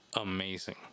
amazing